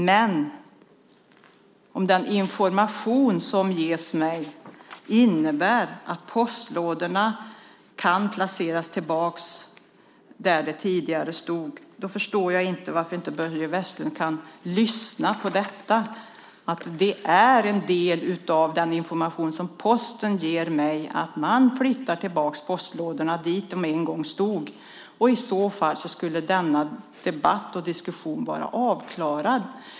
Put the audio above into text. Men om den information som ges mig innebär att postlådorna kan placeras tillbaka där de tidigare stod så förstår jag inte varför Börje Vestlund inte kan lyssna på detta. En del av den information som Posten ger mig är att man flyttar tillbaka postlådorna dit där de en gång stod. I så fall skulle denna debatt och diskussion vara avklarad.